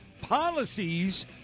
policies